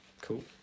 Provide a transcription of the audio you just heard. cool